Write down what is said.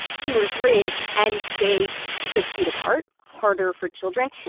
two or three, and stay six feet apart harder for children.